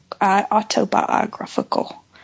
autobiographical